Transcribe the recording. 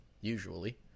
usually